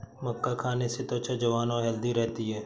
मक्का खाने से त्वचा जवान और हैल्दी रहती है